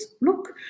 look